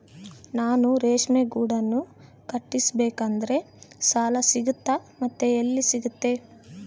ನಾನು ರೇಷ್ಮೆ ಗೂಡನ್ನು ಕಟ್ಟಿಸ್ಬೇಕಂದ್ರೆ ಸಾಲ ಸಿಗುತ್ತಾ ಮತ್ತೆ ಎಲ್ಲಿ ಸಿಗುತ್ತೆ?